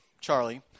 Charlie